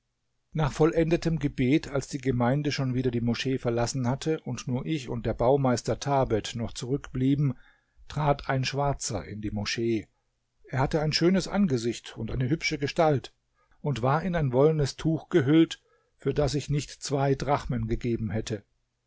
nach vollendetem gebet als die gemeinde schon wieder die moschee verlassen hatte und nur ich und der baumeister thabet noch zurückblieben trat ein schwarzer in die moschee er hatte ein schönes angesicht und eine hübsche gestalt und war in ein wollenes tuch gehüllt für das ich nicht zwei drachmen gegeben hätte